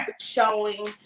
showing